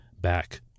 back